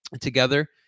together